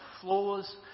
flaws